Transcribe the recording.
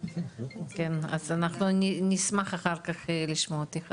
כן, אנחנו נשמח לשמוע אחר כך התייחסות.